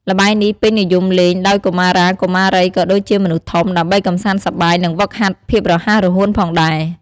ល្បែងនេះពេញនិយមលេងដោយកុមារា កុមារី ក៏ដូចជាមនុស្សធំ ដើម្បីកម្សាន្តសប្បាយ និងហ្វឹកហាត់ភាពរហ័សរហួនផងដែរ។